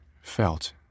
felt